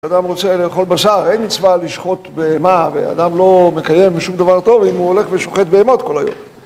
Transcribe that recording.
אדם רוצה לאכול בשר, אין מצווה לשחוט בהמה ואדם לא מקיים בשום דבר טוב אם הוא הולך ושוחט בהמות כל היום